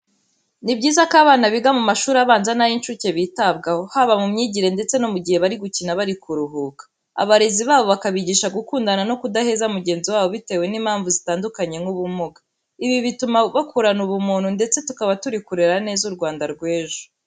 Ni byiza ko abana biga mu mashuri abanza n'ay'inshuke bitabwaho, haba mu myigire ndetse no mu gihe bari gukina bari kuruhuka. Abarezi babo bakabigisha gukundana no kudaheza mugenzi wabo bitewe n'impamvu zitandukanye nk'ubumuga. Ibi bituma bakurana ubumuntu ndetse tukaba turi kurera neza u Rwanda rw'ejo.